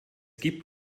gibt